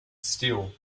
steel